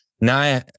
Now